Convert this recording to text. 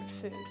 food